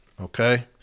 okay